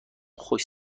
خوش